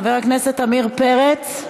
חבר הכנסת עמיר פרץ,